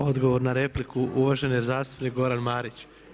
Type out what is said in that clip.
Odgovor na repliku, uvaženi zastupnik Goran Marić.